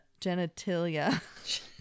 genitalia